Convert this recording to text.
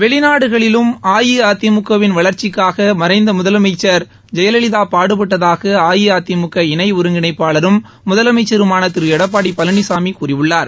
வெளிநாடுகளிலும் அஇஅதிமுக வின் வளர்ச்சிக்காக மறைந்த முதலமைச்சர் ஜெயலலிதா பாடுபட்டதாக அஇஅதிமுக இணை ஒருங்கிணைப்பாளரும் முதலமைச்சருமான திரு எடப்பாடி பழனிசாமி கூறியுள்ளார்